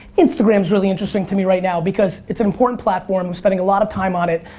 instagram's really interesting to me right now, because it's an important platform, i'm spending a lot of time on it,